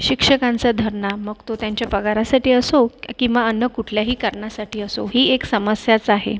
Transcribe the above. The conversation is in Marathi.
शिक्षणकांचा धरणा मग तो त्यांच्या पगारासाठी असो किंवा अन्य कुठल्याही कारणासाठी असो ही एक समस्याच आहे